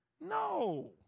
No